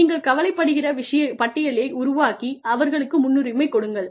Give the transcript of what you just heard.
நீங்கள் கவலைப்படுகிற விஷயங்களின் பட்டியலை உருவாக்கி அவர்களுக்கு முன்னுரிமை கொடுங்கள்